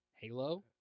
Halo